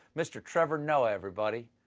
mr. trevor noah, everybody.